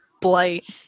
blight